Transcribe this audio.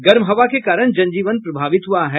गर्म हवा के कारण जनजीवन प्रभावित हुआ है